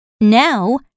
Now